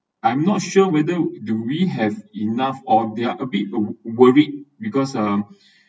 I’m not sure whether do we have enough or they're a bit worried because um